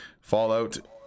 fallout